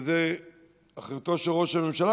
וזאת אחריותו של ראש הממשלה,